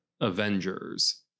Avengers